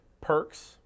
Perks